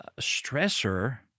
stressor